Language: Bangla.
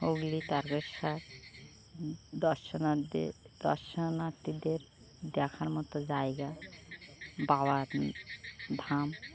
হুগলির তারকেশ্বর দর্শনাথীদের দেখার মতো জায়গা বাবা ধাম